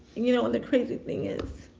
you know, and the crazy thing is,